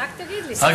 רק תגיד לי, סבסוד מלא?